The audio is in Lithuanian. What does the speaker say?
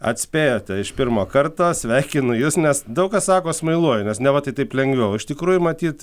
atspėjote iš pirmo karto sveikinu jus nes daug kas sako smailuoju nes neva tai taip lengviau o iš tikrųjų matyt